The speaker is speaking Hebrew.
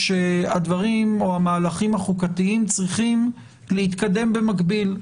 המהלכים החוקתיים צריכים להתקדם במקביל.